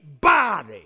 body